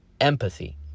empathy